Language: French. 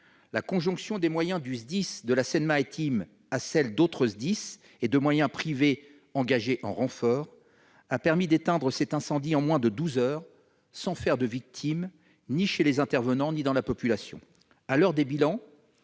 la conjonction des moyens du SDIS de la Seine-Maritime, de ceux d'autres SDIS et de moyens privés engagés en renfort a permis d'éteindre l'incendie en moins de douze heures sans faire de victime, ni parmi les personnes engagées ni dans la population.